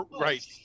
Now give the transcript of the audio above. right